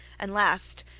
and last,